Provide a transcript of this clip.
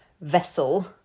vessel